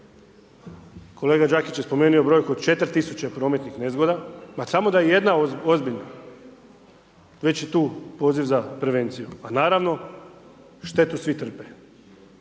Kolega Đakić je spomenuo brojku od 4 tisuće prometnih nezgoda, pa samo da je jedna ozbiljna, već je tu poziv za prevenciju. A naravno, štetu svi trpe.